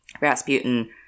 Rasputin